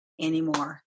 anymore